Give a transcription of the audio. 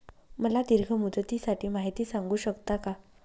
मला दीर्घ मुदतीसाठी माहिती सांगू शकता का?